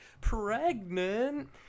Pregnant